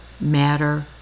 matter